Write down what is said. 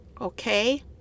Okay